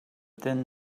then